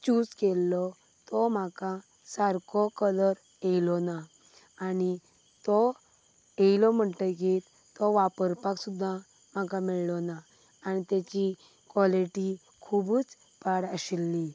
choose केल्लो तो म्हाका सारको कलर येयलो ना आनी तो येयलो म्हणटगीर तो वापरपाक सुद्दां म्हाका मेळलो ना आनी तेची कॉलेटी खुबूच पाड आशिल्ली